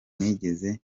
nigeze